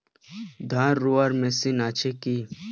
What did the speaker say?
ধান রোয়ার মেশিন আছে কি?